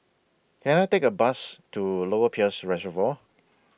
Can I Take A Bus to Lower Peirce Reservoir